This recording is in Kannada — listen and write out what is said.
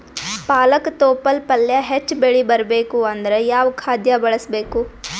ಪಾಲಕ ತೊಪಲ ಪಲ್ಯ ಹೆಚ್ಚ ಬೆಳಿ ಬರಬೇಕು ಅಂದರ ಯಾವ ಖಾದ್ಯ ಬಳಸಬೇಕು?